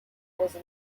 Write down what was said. was